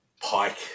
pike